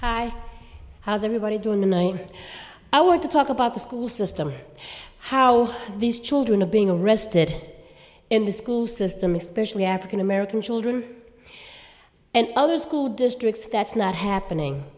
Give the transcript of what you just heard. hi how's everybody doing tonight i want to talk about the school system how these children are being arrested in the school system especially african american children and other school districts that's not happening